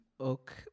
Okay